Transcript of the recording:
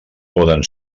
poden